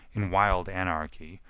in wild anarchy,